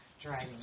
driving